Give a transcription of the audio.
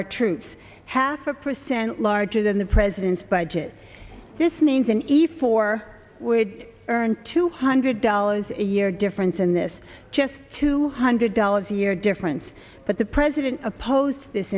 our troops half a percent larger than the president's budget this means an easy for would earn two hundred dollars a year difference in this just two hundred dollars a year difference but the president opposed this